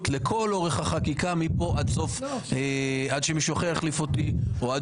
לכל אורך החקיקה מפה ועד שמישהו אחר יחליף אותי או עד